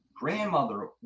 grandmother